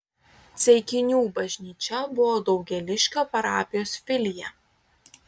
ceikinių bažnyčia buvo daugėliškio parapijos filija